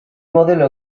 modelo